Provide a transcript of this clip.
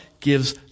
gives